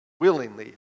willingly